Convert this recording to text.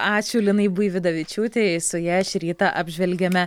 ačiū linai buividavičiūtei su ja šį rytą apžvelgėme